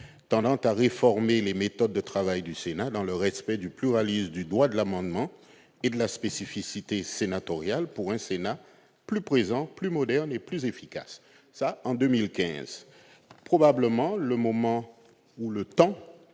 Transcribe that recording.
tendant à réformer les méthodes de travail du Sénat dans le respect du pluralisme, du droit d'amendement et de la spécificité sénatoriale, pour un Sénat plus présent, plus moderne et plus efficace. Le temps est venu de combler